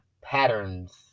patterns